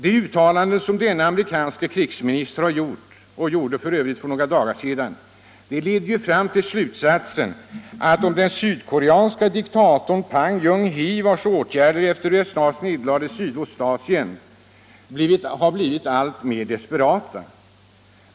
De uttalanden som den amerikanske krigsministern gjorde för några dagar sedan leder fram till slutsatsen att den sydkoreanske diktatorn Park Chung Hees åtgärder efter USA:s nederlag i Sydostasien blivit alltmer desperata.